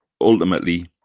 ultimately